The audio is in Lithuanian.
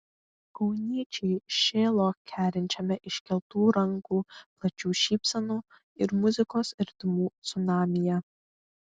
kauniečiai šėlo kerinčiame iškeltų rankų plačių šypsenų ir muzikos ritmų cunamyje